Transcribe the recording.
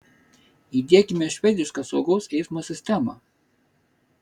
įdiekime švedišką saugaus eismo sistemą